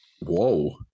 Whoa